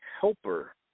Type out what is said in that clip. helper